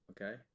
Okay